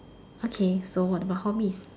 okay what about hobbies